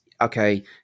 okay